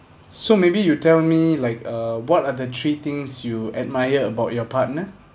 so maybe you tell me like uh what are the three things you admire about your partner